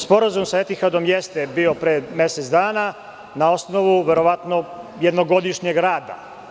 Sporazum sa Etihadom jeste bio pre mesec dana na osnovu verovatno jednogodišnjeg rada.